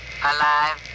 alive